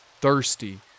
thirsty